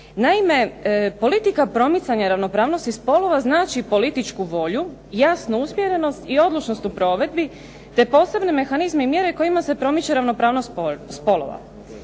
Naime, politika promicanja ravnopravnosti spolova znači političku volju, jasnu usmjerenost i odlučnost u provedbi, te posebne mehanizme i mjere kojima se promiče ravnopravnost spolova.